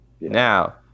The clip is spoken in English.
Now